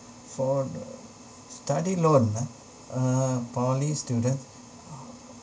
for the study loan ah uh poly student uh